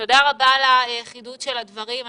תודה רבה על חידוד הדברים.